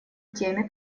теме